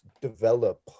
develop